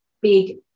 big